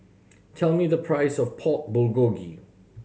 tell me the price of Pork Bulgogi